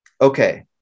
Okay